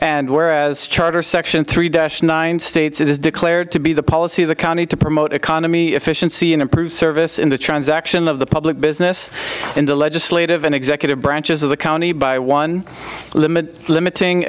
and whereas charter section three dash nine states it is declared to be the policy of the county to promote economy efficiency and improve service in the transaction of the public business in the legislative and executive branches of the county by one limit limiting